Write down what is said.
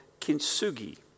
kintsugi